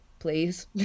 Please